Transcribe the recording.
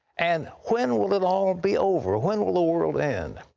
and when will it all be over? when will the world end?